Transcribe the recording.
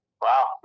Wow